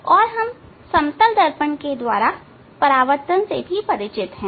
और हम समतल दर्पण के द्वारा परावर्तन से परिचित हैं